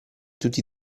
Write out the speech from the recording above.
tutti